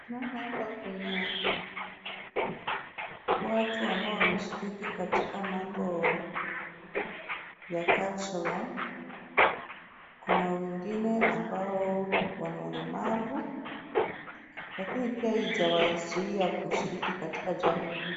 Naona hapa kuna watu ambao wameshiriki katika mambo ya cultural . Kuna wengine ambao wana ulemavu, lakini pia haijawazuia kushiriki katika jambo hilo.